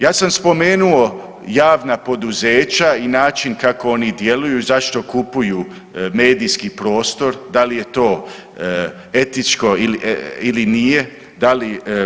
Ja sam spomenuo javna poduzeća i način kako oni djeluju i zašto kupuju medijski prostor, da li je to etičko ili nije, da li…